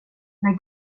när